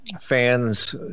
fans